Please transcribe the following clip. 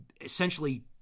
essentially